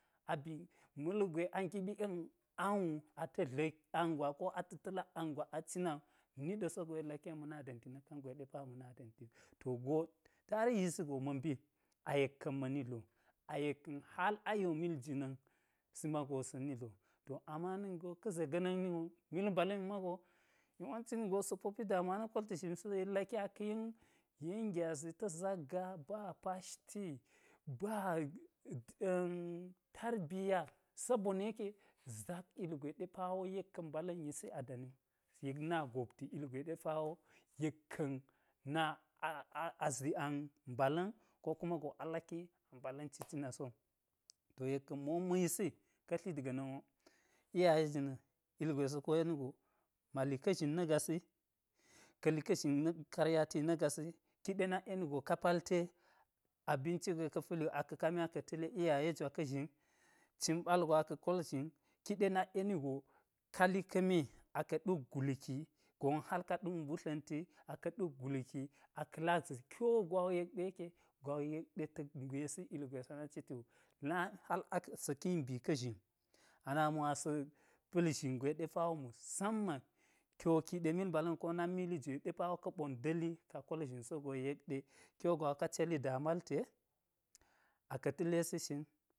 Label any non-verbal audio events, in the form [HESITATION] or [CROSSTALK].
A bi ma̱lgwe a giɓik angwu a ta̱ dla̱k ang gwa ko ata̱ ta̱lak ang gwa a cina wu ni ɗa̱ sogo yek laki yek ma̱ na da̱mti nak kangwe ma̱ na da̱mti wu, to go tarihisi go ma̱ mbi a yek ka̱n ma̱ni dlo a yek-ka̱n hal ayo mil jina̱n si mago sa̱ni dlo, to ama na̱k ningo ka̱ ze ga̱ na̱k nin wo mil mbala̱mi mago yawanci wo sa̱ po pi damuwa na̱ kolti zhimi so yek laki aka̱ yen yen gyazi ata̱ zak gaa ba pashti ba- [HESITATION] tarbiya sabona̱ yeke zak ilgwe ɗe parwo yek ka̱n mbala̱n yisi a dani wu yek na gobti ilgwe ɗe pawo na [HESITATION] azi ang mbala̱n ko kuma a laki a mbala̱n cicina so, to yek ka̱n mo ma̱ yisi, ka tlit ga̱na̱n wo iyaye jina̱n ilgwe sa̱ koyeni go ma li ka zhin na̱ gasi ka̱ə li ka zhin karyati na̱ gasi kiɗe nakeni go ka palte abinci gwe ka̱ pa̱li wu aka̱ kami aka̱ ta̱le iyaye jwa ka̱ zhin, cin ɓal go aka̱ kol zhin ki ɗe nak'eni go kali ka̱ me aka̱ ɗuk gulki, gon wo hal ka ɗuk mbutla̱nti aka̱ ɗuk gulki aka̱ la za̱t [UNINTELLIGIBLE] ki wo gwa yek ɗe yeke? Gwa wo yek ɗe tak gwesi ugwe sa da citiwu na̱ [UNINTELLIGIBLE] hal asa̱ kin bi ka̱ zhin a nami wo asa̱ pa̱l zhingwe ɗe pawo musamman kii wo ki ɗe mil mbala̱n ko nak mili jwe ɗe pawo ka̱a̱ nda̱li kaa kol zhin sogo yek ɗe kiwo gwa wo ka celi daa mal te aka talesi shin